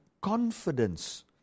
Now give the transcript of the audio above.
confidence